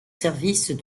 services